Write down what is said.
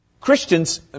Christians